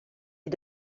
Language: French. est